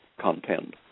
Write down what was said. content